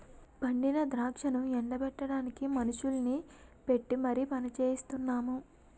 పండిన ద్రాక్షను ఎండ బెట్టడానికి మనుషుల్ని పెట్టీ మరి పనిచెయిస్తున్నాము